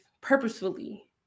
purposefully